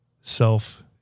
self